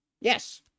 Yes